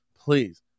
please